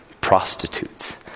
prostitutes